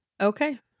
Okay